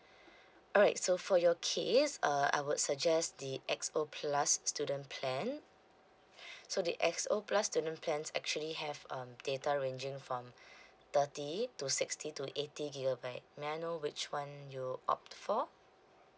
alright so for your case uh I would suggest the X_O plus student plan so the X_O plus student plans actually have um data ranging from thirty to sixty to eighty gigabyte may I know which [one] you opt for